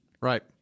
Right